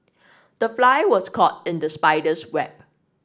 the fly was caught in the spider's web